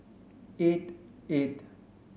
eight eight